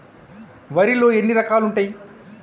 వరిలో ఎన్ని రకాలు ఉంటాయి?